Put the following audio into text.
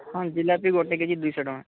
ହଁ ଜିଲାପି ଗୋଟେ କେ ଜି ଦୁଇଶହ ଟଙ୍କା